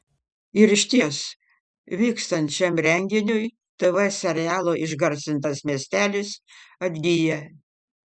ir išties vykstant šiam renginiui tv serialo išgarsintas miestelis atgyja